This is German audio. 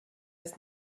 ist